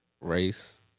race